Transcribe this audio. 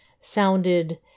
sounded